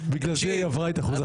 בגלל זה היא עברה את אחוז החסימה.